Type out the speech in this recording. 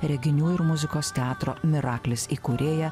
reginių ir muzikos teatro miraklis įkūrėja